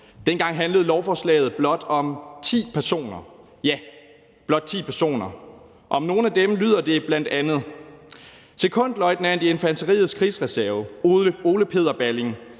Dengang handlede lovforslaget blot om ti personer – ja, blot ti personer. Om nogle af dem lyder det bl.a.: Sekondløjtnant i infanteriets krigsreserve Ole Peder Balling.